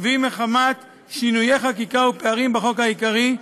ואם מחמת שינויי חקיקה ופערים בחוק העיקרי,